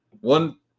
One